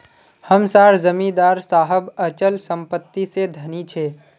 हम सार जमीदार साहब अचल संपत्ति से धनी छे